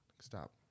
Stop